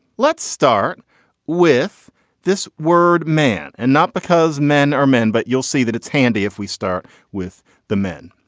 let's start with this word man. and not because men are men but you'll see that it's handy if we start with the men.